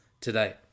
today